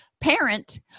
parent